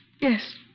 Yes